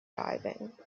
diving